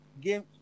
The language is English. Game